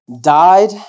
died